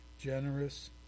generous